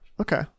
Okay